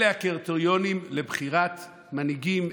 אלה הקריטריונים לבחירת מנהיגים.